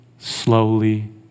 slowly